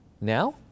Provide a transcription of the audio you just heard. Now